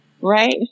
Right